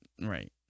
right